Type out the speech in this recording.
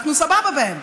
אנחנו סבבה בהם,